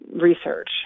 research